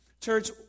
Church